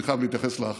אני חייב להתייחס לאחת.